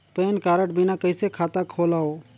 Pan card बिना कइसे खाता खोलव?